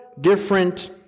different